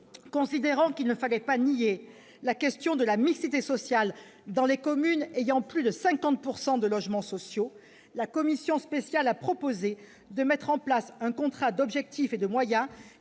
Considérant qu'il ne fallait pas ignorer la question de la mixité sociale dans les communes ayant plus de 50 % de logements sociaux, la commission spéciale a proposé la mise en place d'un contrat d'objectifs et de moyens